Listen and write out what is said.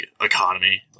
economy